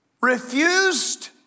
refused